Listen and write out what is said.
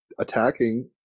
attacking